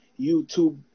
YouTube